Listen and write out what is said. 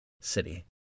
city